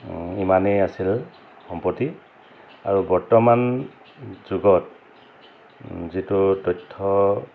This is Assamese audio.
ইমানেই আছিল সম্প্ৰতি আৰু বৰ্তমান যুগত যিটো তথ্য